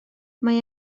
mae